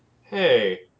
hey